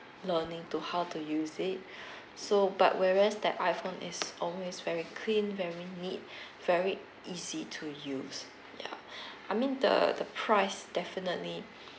learning to how to use it so but whereas that iphone is always very clean very neat very easy to use ya I mean the the price definitely